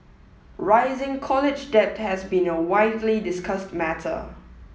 rising college debt has been a widely discussed matter